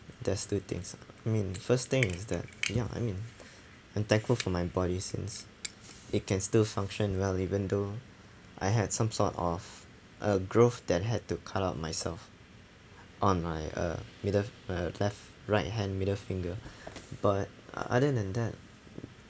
there's two things lah I mean first thing is that ya I mean I'm thankful for my body since it can still function well even though I had some sort of a growth that had to cut out myself on my uh middle uh left right hand middle finger but other than that